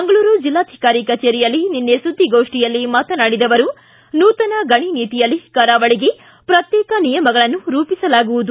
ಮಂಗಳೂರು ಜಿಲ್ಲಾಜಿಕಾರಿ ಕಚೇರಿಯಲ್ಲಿ ನಿನ್ನೆ ಸುದ್ದಿಗೋಷ್ಠಿಯಲ್ಲಿ ಮಾತನಾಡಿದ ಅವರು ನೂತನ ಗಣಿ ನೀತಿಯಲ್ಲಿ ಕರಾವಳಿಗೆ ಪ್ರತ್ತೇಕ ನಿಯಮಗಳನ್ನು ರೂಪಿಸಲಾಗುವುದು